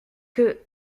que